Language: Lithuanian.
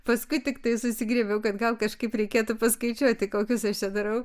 paskui tiktai susigriebiau kad gal kažkaip reikėtų paskaičiuoti kokius aš čia darau